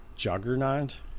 juggernaut